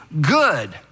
good